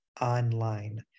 online